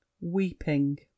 Weeping